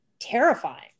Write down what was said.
terrifying